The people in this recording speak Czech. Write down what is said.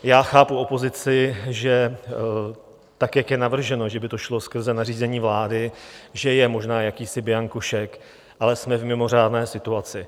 Já chápu opozici, že tak jak je navrženo, že by to šlo skrze nařízení vlády, že je možná jakýsi bianko šek, ale jsme v mimořádné situaci.